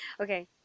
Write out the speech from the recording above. Okay